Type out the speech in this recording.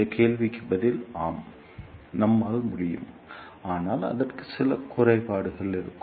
இந்த கேள்விக்கான பதில் ஆம் நம்மால் முடியும் ஆனால் அதற்கு சில குறைபாடுகள் இருக்கும்